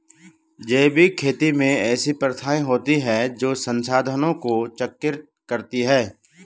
जैविक खेती में ऐसी प्रथाएँ होती हैं जो संसाधनों को चक्रित करती हैं